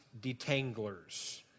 detanglers